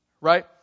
right